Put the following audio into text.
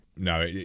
No